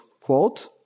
quote